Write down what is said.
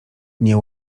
nie